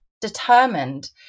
determined